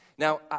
Now